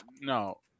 No